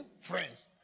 Friends